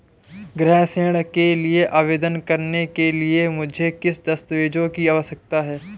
गृह ऋण के लिए आवेदन करने के लिए मुझे किन दस्तावेज़ों की आवश्यकता है?